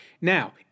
Now